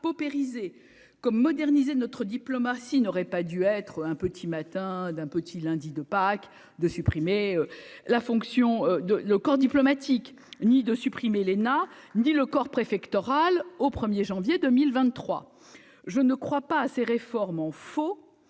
paupériser comme moderniser notre diplomatie n'aurait pas dû être un petit matin d'un petit lundi de Pâques, de supprimer la fonction de le corps diplomatique, ni de supprimer l'ENA, dit le corps préfectoral, au 1er janvier 2023 je ne crois pas à ces réformes en faut